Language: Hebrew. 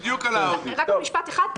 רק עוד משפט אחד.